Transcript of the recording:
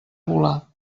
volar